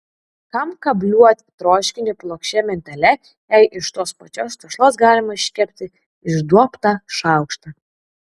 kam kabliuoti troškinį plokščia mentele jei iš tos pačios tešlos galima iškepti išduobtą šaukštą